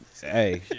Hey